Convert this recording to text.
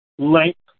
length